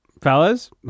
Fellas